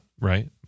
right